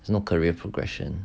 no career progression